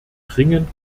dringend